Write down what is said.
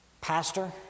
Pastor